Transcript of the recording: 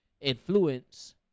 influence